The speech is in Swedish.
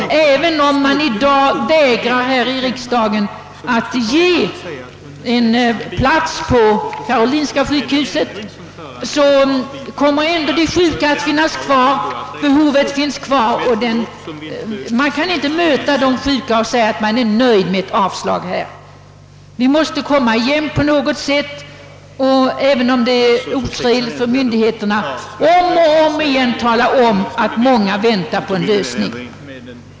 Även om riksdagen i dag inte anser att docent Bellman bör ha en plats på karolinska sjukhuset, så kommer de sjuka att finnas kvar. Behovet finns kvar, och vi kan inte säga till de sjuka, att nöja sig med ett sådant ställningstagande. Vi måste komma igen och — även om det är otrevligt för myndigheterna — om och om igen tala om att många väntar på en lösning.